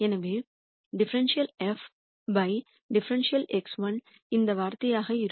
எனவே ∂f ∂x1 இந்த வார்த்தையாக இருக்கும்